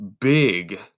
big